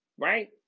Right